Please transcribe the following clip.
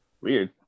weird